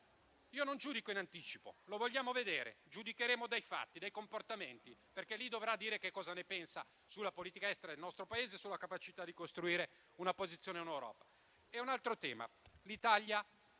Io non giudico in anticipo; lo vogliamo vedere, giudicheremo dai fatti, dai comportamenti, perché in quel consesso dovrà dire cosa pensa sulla politica estera del nostro Paese, sulla capacità di costruire una posizione in Europa. Vi è poi un altro tema: l'Italia